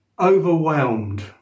overwhelmed